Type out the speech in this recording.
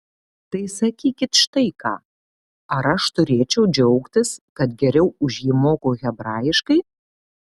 tai sakykit štai ką ar aš turėčiau džiaugtis kad geriau už jį moku hebrajiškai